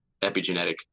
epigenetic